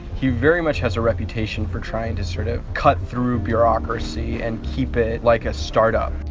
he very much has a reputation for trying to sort of cut through bureaucracy and keep it like a start-up.